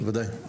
בוודאי.